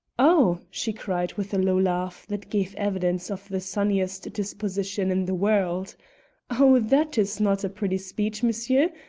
oh! she cried with a low laugh that gave evidence of the sunniest disposition in the world oh! that is not a pretty speech, monsieur!